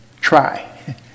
try